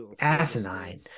asinine